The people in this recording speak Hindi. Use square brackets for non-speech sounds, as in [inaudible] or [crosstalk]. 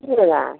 [unintelligible]